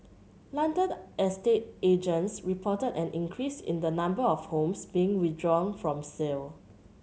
London estate agents reported an increase in the number of homes being withdrawn from sale